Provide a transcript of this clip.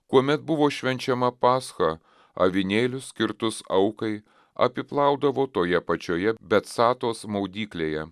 kuomet buvo švenčiama pascha avinėlius skirtus aukai apiplaudavo toje pačioje betsatos maudyklėje